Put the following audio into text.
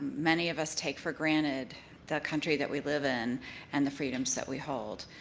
many of us take for granted the country that we live in and the freedoms that we hold.